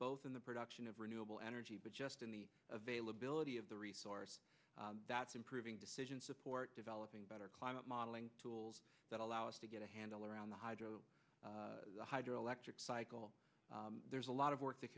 both in the production of renewable energy but just in the availability of the resource that's improving decision support developing better climate modeling tools that allow us to get a handle around the hydro hydro electric cycle there's a lot of work that